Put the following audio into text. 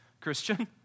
Christian